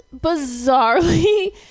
bizarrely